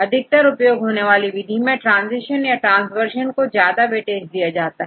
अधिकतर उपयोग होने वाली विधि में ट्रांजीशन या ट्रांस वर्जन को ज्यादा वेटेज देते हैं